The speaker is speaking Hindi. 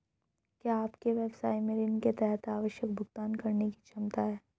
क्या आपके व्यवसाय में ऋण के तहत आवश्यक भुगतान करने की क्षमता है?